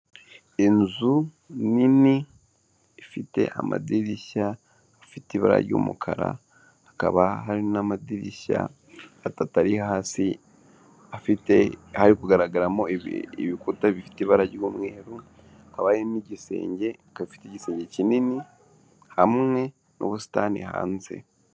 Inzu nini ifite amadirishya afite ibara ry'umukara hakaba hari n'amadirishya atatu ari hasi afite hari kugaragaramo ibikuta bifite ibara ry'umweruba n'igisenge gifite igisenge kinini hamwe n'ubusitani hanze.